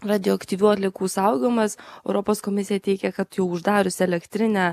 radioaktyvių atliekų saugojimas europos komisija teigė kad jau uždarius elektrinę